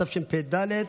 התשפ"ד 2023,